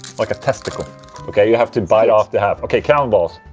like a testicle ok, you have to bite off the half. ok, camel balls